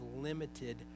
limited